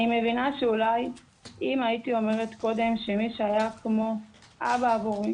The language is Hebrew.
אני מבינה שאולי אם הייתי אומרת קודם שמי שהיה כמו אבא עבורי